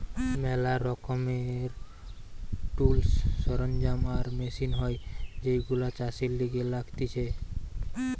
ম্যালা রকমের টুলস, সরঞ্জাম আর মেশিন হয় যেইগুলো চাষের লিগে লাগতিছে